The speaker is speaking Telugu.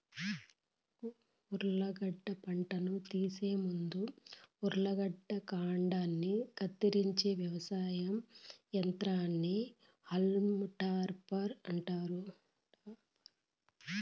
ఉర్లగడ్డ పంటను తీసే ముందు ఉర్లగడ్డల కాండాన్ని కత్తిరించే వ్యవసాయ యంత్రాన్ని హాల్మ్ టాపర్ అంటారు